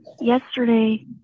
yesterday